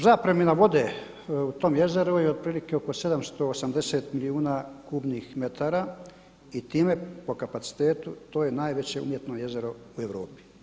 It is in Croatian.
Zapremnina vode u tom jezeru je otprilike oko 780 milijuna kubnih metara i time po kapacitetu to je najveće umjetno jezero u Europi.